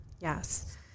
Yes